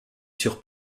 sur